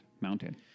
Mountain